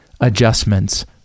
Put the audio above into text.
adjustments